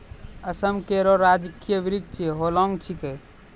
असम केरो राजकीय वृक्ष होलांग छिकै